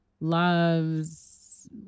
loves